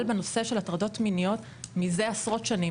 בנושא של הטרדות מיניות מזה עשרות שנים.